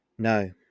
No